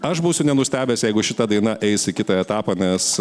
aš būsiu nenustebęs jeigu šita daina eis į kitą etapą nes